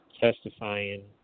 testifying